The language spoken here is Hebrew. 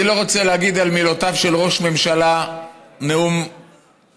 אני לא רוצה להגיד על מילותיו של ראש ממשלה "נאום עלוב".